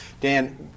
Dan